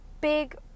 big